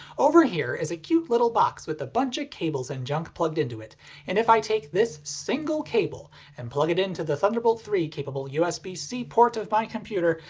over here is a cute little box with a bunch of cables and junk plugged into it, and if i take this single cable and plug it into the thunderbolt three capable usb-c port of my computer,